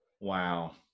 Wow